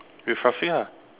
with Rafiq ah